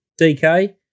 DK